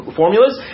formulas